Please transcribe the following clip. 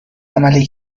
عملی